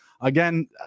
Again